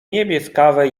niebieskawe